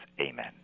Amen